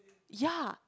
ya